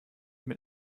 mit